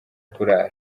kurara